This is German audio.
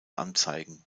anzeigen